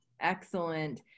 Excellent